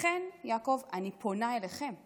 לכן, יעקב, אני פונה אליכם עכשיו.